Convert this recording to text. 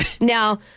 Now